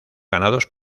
ganados